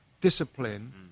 discipline